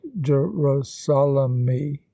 Jerusalem